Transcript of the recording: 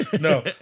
No